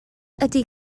ydy